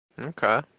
Okay